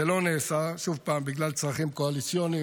זה לא נעשה, שוב פעם, בגלל צריכים קואליציוניים